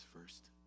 first